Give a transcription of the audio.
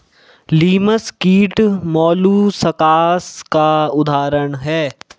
लिमस कीट मौलुसकास का उदाहरण है